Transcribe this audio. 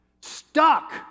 Stuck